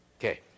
okay